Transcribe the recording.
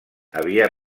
havia